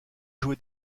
joué